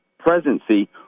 presidency